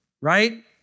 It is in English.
right